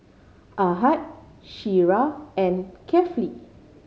Ahad Syirah and Kefli